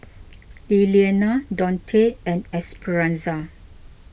Lillianna Donte and Esperanza